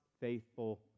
faithful